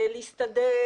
להסתדר,